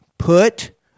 put